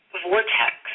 vortex